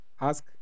ask